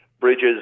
bridges